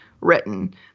written